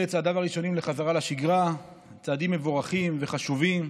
צעדים מבורכים וחשובים.